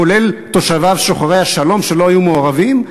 כולל תושביו שוחרי השלום שלא היו מעורבים,